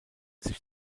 sich